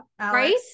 right